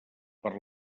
per